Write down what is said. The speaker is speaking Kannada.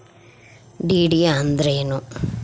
ಡಿ.ಡಿ ಅಂದ್ರೇನು?